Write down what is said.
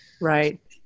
Right